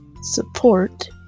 support